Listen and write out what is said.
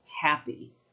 happy